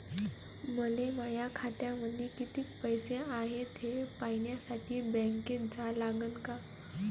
मले माया खात्यामंदी कितीक पैसा हाय थे पायन्यासाठी बँकेत जा लागनच का?